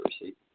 receipt